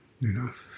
enough